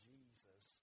Jesus